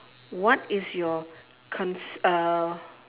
what is your cons~ uh